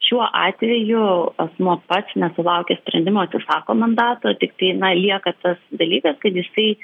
šiuo atveju asmuo pats nesulaukęs sprendimo atsisako mandato tiktai na lieka tas dalykas kai jisai